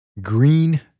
green